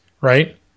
right